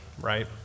right